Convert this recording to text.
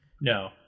No